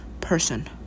person